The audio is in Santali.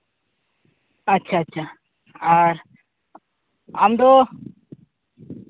ᱟᱪᱪᱷᱟ ᱟᱪᱪᱷᱟ ᱟᱨ ᱟᱢᱫᱚ